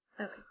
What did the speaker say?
Okay